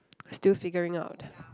still figuring out